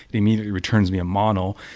it immediately returns me a mono.